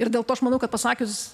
ir dėl to aš manau kad pasakius